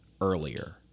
earlier